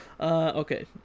Okay